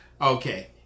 Okay